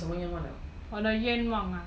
我的愿望啊